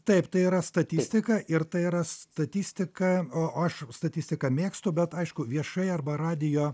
taip tai yra statistika ir tai yra statistika o aš statistiką mėgstu bet aišku viešai arba radijo